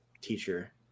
teacher